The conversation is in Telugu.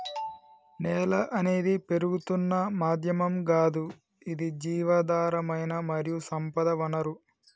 నేల అనేది పెరుగుతున్న మాధ్యమం గాదు ఇది జీవధారమైన మరియు సంపద వనరు